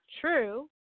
true